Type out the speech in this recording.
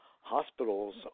hospitals